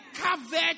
covered